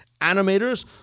animators